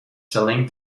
selling